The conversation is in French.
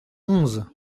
onze